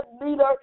leader